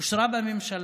היא אושרה בממשלה,